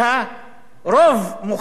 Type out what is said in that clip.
רוב מוחץ של מצביעיה,